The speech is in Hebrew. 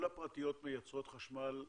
כל הפרטיות מייצרות חשמל מגז?